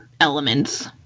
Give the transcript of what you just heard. elements